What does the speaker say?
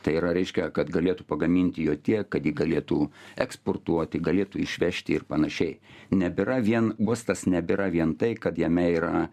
tai yra reiškia kad galėtų pagaminti jo tiek kad jį galėtų eksportuoti galėtų išvežti ir panašiai nebėra vien uostas nebėra vien tai kad jame yra